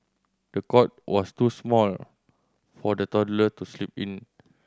the cot was too small for the toddler to sleep in